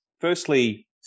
Firstly